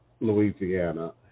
Louisiana